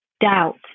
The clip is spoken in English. doubt